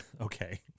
okay